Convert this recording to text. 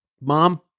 Mom